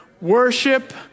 worship